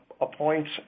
appoints